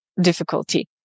difficulty